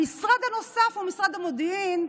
המשרד הנוסף הוא משרד המודיעין,